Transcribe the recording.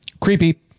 Creepy